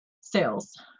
Sales